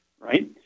right